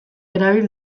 erabil